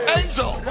angel